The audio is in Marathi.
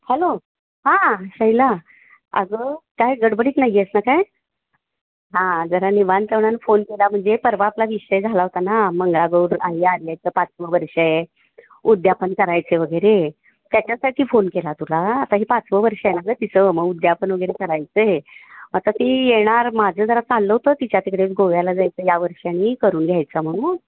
हॅलो हां शैला अगं काय गडबडीत नाही आहेस ना काय हां जरा निवांत म्हणून फोन केला म्हणजे परवा आपला विषय झाला होता ना मंगळागौर आले पाचवं वर्ष आहे उद्यापन करायचं आहे वगैरे त्याच्यासाठी फोन केला तुला आता ही पाचवं वर्ष आहे ना गं तिचं मग उद्यापन वगैरे करायचं आहे आता ती येणार माझं जरा चाललं होतं तिच्या तिकडेच गोव्याला जायचं या वर्षी आणि करून घ्यायचं म्हणून